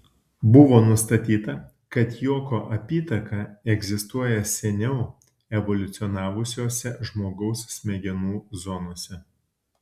buvo nustatyta kad juoko apytaka egzistuoja seniau evoliucionavusiose žmogaus smegenų zonose